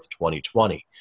2020